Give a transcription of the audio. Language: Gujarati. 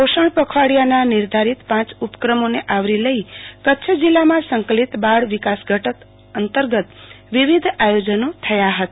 પોષણ પખવાડીયાના નિર્ધારીત પાંચ ઉપક્રમોને આવરી લઈ કચ્છ જિલ્લામાં સંકલિત બાળ વિકાસ ઘટક અંતર્ગત વિવિધ આયોજનો થયા હતા